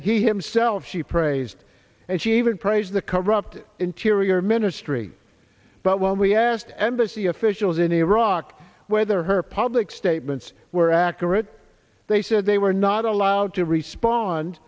he himself she praised and she even praised the corrupt interior ministry but when we asked embassy officials in iraq whether her public statements were accurate they said they were not allowed to respond